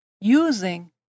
using